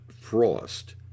frost